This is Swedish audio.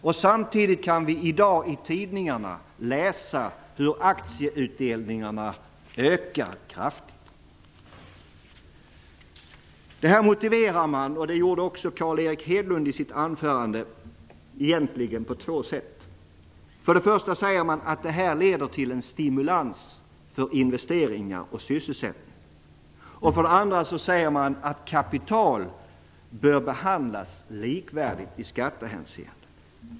I dag kan vi i tidningarna dessutom läsa om att aktieutdelningarna ökar kraftigt. Detta förslag motiverar man på två sätt. Det gjorde också Carl Erik Hedlund i sitt anförande. För det första säger man att det leder till en stimulans för investeringar och sysselsättning. För det andra säger man att avkastning av kapital bör behandlas likvärdigt i skattehänseende.